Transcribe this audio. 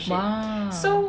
!wah!